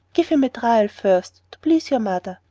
give him a trial first, to please your mother.